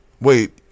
wait